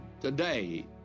today